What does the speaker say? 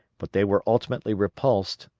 but they were ultimately repulsed,